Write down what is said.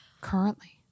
currently